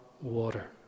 water